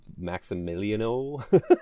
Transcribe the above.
Maximiliano